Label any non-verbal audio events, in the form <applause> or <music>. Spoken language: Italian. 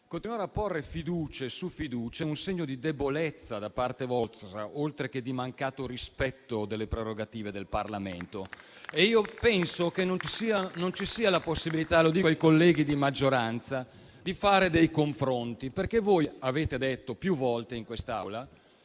personali e fatti penali è un segno di debolezza da parte vostra, oltre che di mancato rispetto delle prerogative del Parlamento. <applause> Penso che non ci sia la possibilità - lo dico ai colleghi di maggioranza - di fare dei confronti. Avete detto più volte in quest'Aula